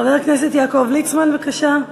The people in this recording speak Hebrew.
חבר הכנסת יעקב ליצמן, בבקשה.